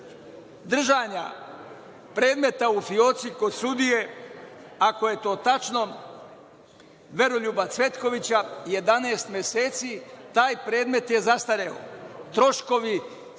držanja predmeta u fioci kod sudije, ako je to tačno, Veroljuba Cvetkovića 11 meseci, taj predmet je zastareo. Troškovi za